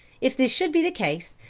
if this should be the case,